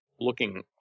looking